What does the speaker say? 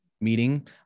meeting